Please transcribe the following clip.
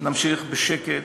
אנחנו נמשיך בשקט,